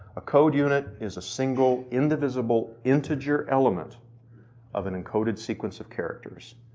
a code unit is a single indivisible integer element of an encoded sequence of characters.